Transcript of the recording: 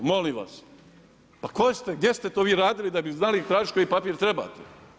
Molim vas, pa gdje ste to vi radili da bi znali tražiti koji papir trebate?